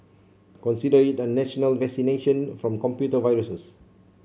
consider it a national vaccination from computer viruses